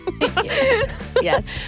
Yes